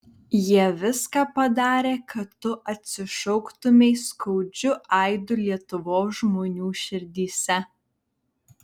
jie viską padarė kad tu atsišauktumei skaudžiu aidu lietuvos žmonių širdyse